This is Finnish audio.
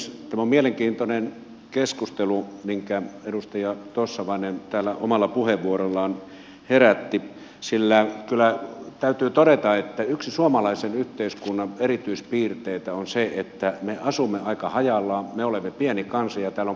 tämä on mielenkiintoinen keskustelu minkä edustaja tossavainen täällä omalla puheenvuorollaan herätti sillä kyllä täytyy todeta että yksi suomalaisen yhteiskunnan erityispiirteitä on se että me asumme aika hajallaan me olemme pieni kansa ja täällä on pitkät etäisyydet